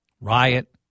riot